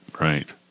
Right